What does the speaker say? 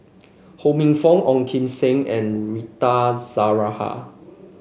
Ho Minfong Ong Kim Seng and Rita